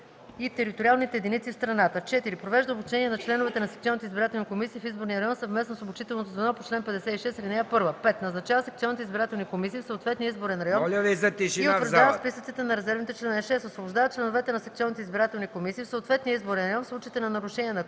и териториалните единици в страната; 4. провежда обучение на членовете на секционните избирателни комисии в изборния район съвместно с обучителното звено по чл. 56, ал. 1; 5. назначава секционните избирателни комисии в съответния изборен район и утвърждава списъците на резервните членове; 6. освобождава членовете на секционните избирателни комисии в съответния изборен район в случаите на нарушения на